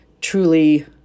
truly